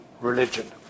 religion